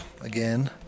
again